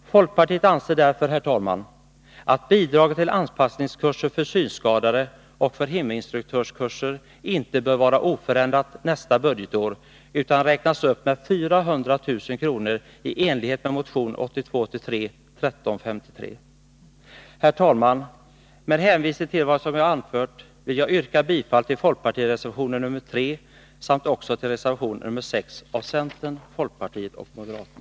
Folkpartiet menar därför, herr talman, att bidraget till anpassningskurser för synskadade och heminstruktörskurser inte bör vara oförändrat nästa budgetår utan räknas upp med 400000 kr. i enlighet med motion 1982/83:1353. Herr talman! Med hänvisning till vad jag här anfört vill jag yrka bifall till folkpartireservationen nr 3 samt till reservation nr 6 av centern, folkpartiet och moderaterna.